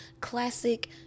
classic